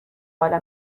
بالا